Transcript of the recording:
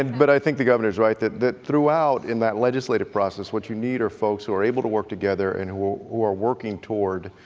and but i think the governor is right, that that throughout in that legislative process what you need are folks who are able to work together and who who are working toward